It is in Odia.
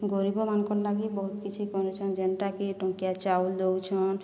ଗରିବମାନକର୍ ଲାଗି ବହୁତ୍ କିଛି କରିଛନ୍ ଯେନ୍ଟା କି ଟଙ୍କିଆ ଚାଉଲ୍ ଦଉଛନ୍